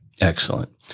Excellent